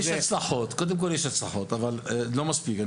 קודם כל יש הצלחות אבל לא מספיק.